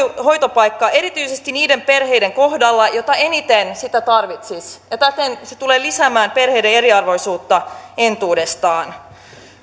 hoitopaikkaa erityisesti niiden perheiden kohdalla jotka eniten sitä tarvitsisivat ja täten se tulee lisäämään perheiden eriarvoisuutta entuudestaan